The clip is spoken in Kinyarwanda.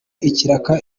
ikiraka